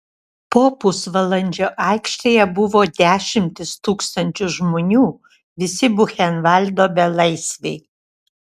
po pusvalandžio aikštėje buvo dešimtys tūkstančių žmonių visi buchenvaldo belaisviai